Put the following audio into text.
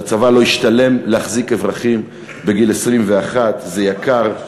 לצבא לא ישתלם להחזיק אזרחים בגיל 21, זה יקר.